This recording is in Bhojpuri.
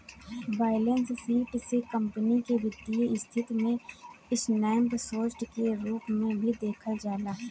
बैलेंस शीट से कंपनी के वित्तीय स्थिति के स्नैप शोर्ट के रूप में भी देखल जाला